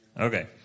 Okay